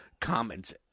comments